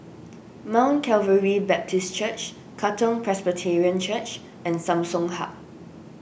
Mount Calvary Baptist Church Katong Presbyterian Church and Samsung Hub